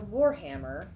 Warhammer